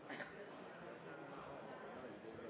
representanten